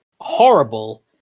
horrible